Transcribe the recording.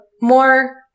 more